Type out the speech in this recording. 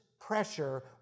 pressure